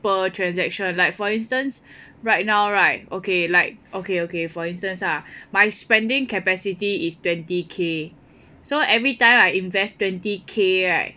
per transaction like for instance right now right okay like okay okay for instance ah my spending capacity is twenty K so everytime I invest twenty K right